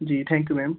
ji thank you ma'am